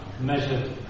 measured